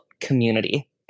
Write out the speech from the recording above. community